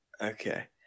okay